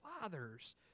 father's